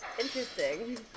interesting